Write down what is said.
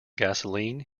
gasoline